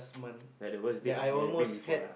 like the worst date you have been before lah